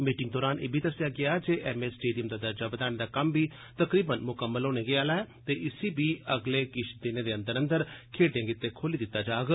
meeting दौरान इब्बी दस्सेआ गेआ जे एम ए स्टेडियम दा दर्जा बधाने दा कम्म बी तकरीबन मुकम्मल होने गै आह्ला ऐ ते इसी बी अगले किश दिनें दे अंदर अंदर खेड्ढें गितै खोली दित्ता जाग